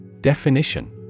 Definition